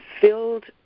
filled